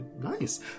nice